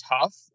tough